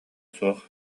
суох